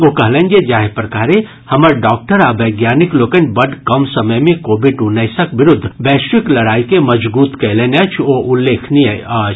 ओ कहलनि जे जाहि प्रकारे हमर डॉक्टर आ वैज्ञानिक लोकनि बड्ड कम समय मे कोविड उन्नैसक विरूद्व वैश्विक लड़ाई के मजगूत कयलनि अछि ओ उल्लेखनीय अछि